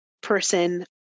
person